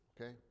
Okay